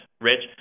Rich